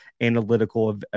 analytical